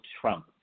Trump